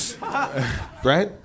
right